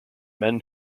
men